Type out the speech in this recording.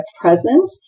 present